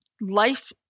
life